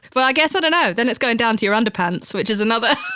well, i guess i don't know. then it's going down to your underpants, which is another,